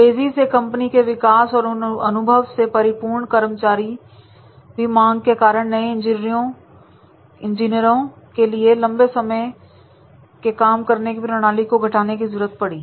तेजी से कंपनी के विकास और अनुभव से परिपूर्ण कर्मचारियों थी मांग के कारण नए इंजीनियरों के लिए लंबे समय के काम करने की प्रणाली को घटाने की जरूरत पड़ी